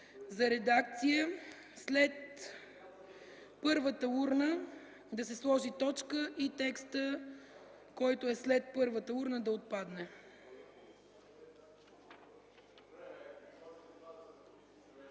за редакция в ал. 2 след „първата урна” да се сложи точка и текстът, който е след „първата урна” да отпадне.